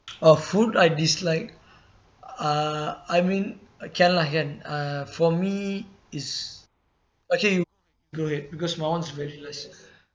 a food I dislike uh I mean uh can lah can uh for me it's okay you go ahead because my [one] very less